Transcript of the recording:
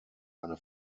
eine